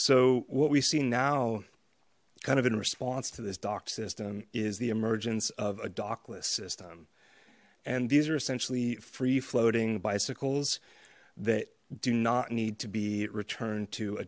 so what we see now kind of in response to this dock system is the emergence of a doclist system and these are essentially free floating bicycles that do not need to be returned to a